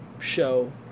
show